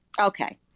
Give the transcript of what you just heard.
Okay